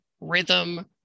rhythm